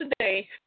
today